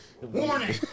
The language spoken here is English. Warning